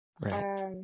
Right